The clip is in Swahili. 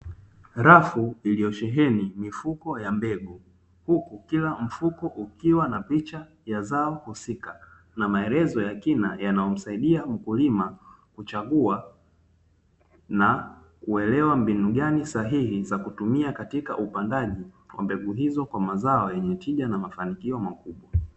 Rafu iliyosheheni mifuko ya mbegu, huku kila mfuko ukiwa na picha ya zao husika na maelezo ya kina yanayomsaidia mkulima kuchagua na kuelewa mbinu gani sahihi za kutumia katika upandaji wa mbegu hizo kwa mazao yenye tija na mafanikio makubwa.